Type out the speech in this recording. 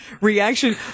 reaction